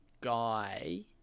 guy